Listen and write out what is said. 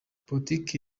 politiki